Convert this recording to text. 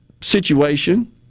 situation